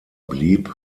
blieb